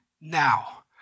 now